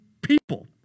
people